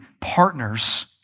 partners